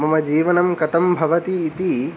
मम जीवनं कथं भवति इति